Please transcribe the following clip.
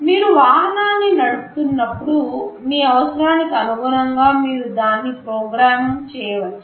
మీరు వాహనాన్ని నడుపుతున్నప్పుడు మీ అవసరానికి అనుగుణంగా మీరు దాన్ని ప్రోగ్రామ్ చేయవచ్చు